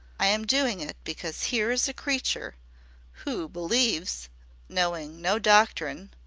i am doing it because here is a creature who believes knowing no doctrine,